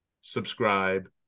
subscribe